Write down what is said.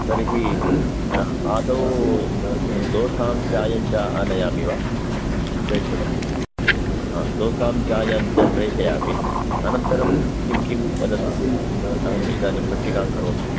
तर्हि आदौ दोसां चायं च आनयामि वा प्रेषयामि वा दोसां चायं च प्रेषयामि अनन्तरं किं किं वदतु अहं इदानीं पट्टिकां करोमि